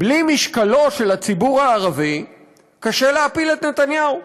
שבלי משקלו של הציבור הערבי קשה להפיל את נתניהו.